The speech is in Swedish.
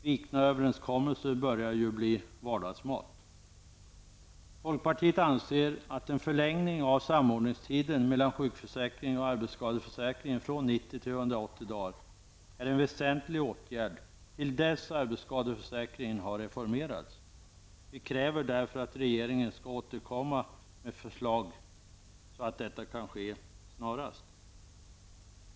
Svikna överenskommelser börjar ju bli vardagsmat. Folkpartiet anser att en förlängning av samordningstiden mellan sjukförsäkringen och arbetsskadeförsäkringen från 90 till 180 dagar är en väsentlig åtgärd till dess arbetsskadeförsäkringen har reformerats. Vi kräver därför att regeringen skall återkomma med förslag, så att detta kan ske snarast.